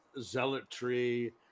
zealotry